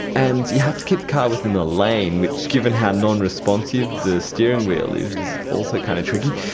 and you have to keep the car within the lane, which given how non-responsive the steering wheel is is also kind of tricky.